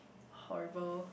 horrible